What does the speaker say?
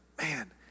man